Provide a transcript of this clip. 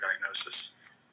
diagnosis